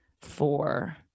four